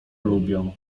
lubią